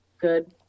good